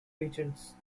agents